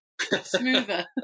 Smoother